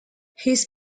his